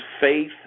faith